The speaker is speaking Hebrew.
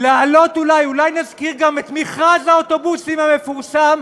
אולי נזכיר גם את מכרז האוטובוסים המפורסם,